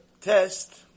test